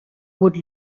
would